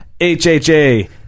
HHA